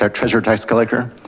ah treasurer tax collector.